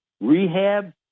Rehab